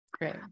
Great